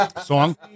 Song